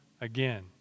again